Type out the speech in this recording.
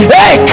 Hey